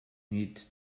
need